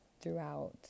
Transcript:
throughout